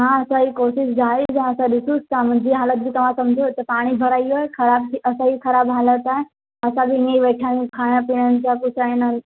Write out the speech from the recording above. हा असांजी कोशिशि जारी आहे त ॾिसूं था मुंहिंजी हालत बि तव्हां समुझो पाणी भराई आहे ख़राबु असुलु ख़राबु हालत आहे असां बि ईअं ई वेठा आहियूं खाइणु पीअण जा बि कुझु आहे न